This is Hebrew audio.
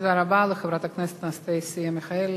תודה רבה לחברת הכנסת אנסטסיה מיכאלי.